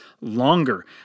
longer